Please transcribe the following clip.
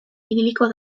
ibiliko